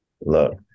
Look